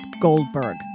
Goldberg